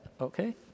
okay